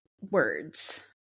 words